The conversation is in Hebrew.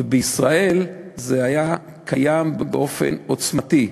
ובישראל זה היה קיים באופן עוצמתי.